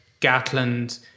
Gatland